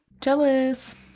Jealous